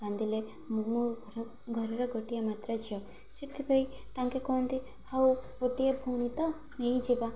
କାନ୍ଧିଲେ ମୋ ଘରର ଗୋଟିଏ ମାତ୍ର ଝିଅ ସେଥିପାଇଁ ତାଙ୍କେ କୁହନ୍ତି ହଉ ଗୋଟିଏ ଭଉଣୀ ତ ନେଇଯିବା